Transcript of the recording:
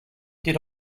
did